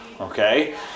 okay